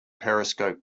periscope